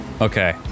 Okay